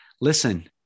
listen